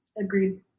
agreed